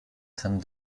kann